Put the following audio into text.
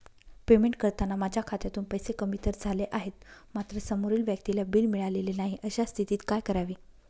Payment करताना माझ्या खात्यातून पैसे कमी तर झाले आहेत मात्र समोरील व्यक्तीला बिल मिळालेले नाही, अशा स्थितीत काय करावे?